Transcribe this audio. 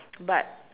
but